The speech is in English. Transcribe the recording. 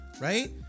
Right